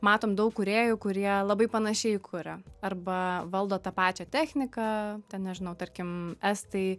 matom daug kūrėjų kurie labai panašiai kuria arba valdo tą pačią techniką ten nežinau tarkim estai